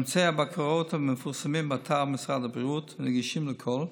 ממצאי הבקרות המתפרסמים באתר משרד הבריאות נגישים לכול,